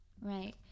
Right